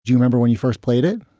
you remember when you first played it?